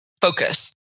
focus